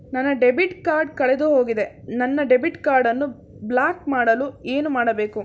ನನ್ನ debit card ಕಳೆದುಹೋಗಿದೆ ನನ್ನ ಡೆಬಿಟ್ ಕಾರ್ಡ್ ಅನ್ನು ಬ್ಲಾಕ್ ಮಾಡಲು ಏನು ಮಾಡಬೇಕು?